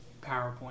PowerPoint